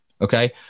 Okay